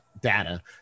data